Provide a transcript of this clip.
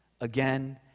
again